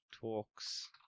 Talks